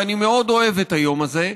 ואני מאוד אוהב את היום הזה.